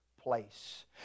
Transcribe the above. place